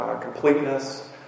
completeness